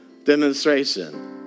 demonstration